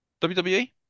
WWE